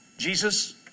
Jesus